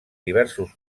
diversos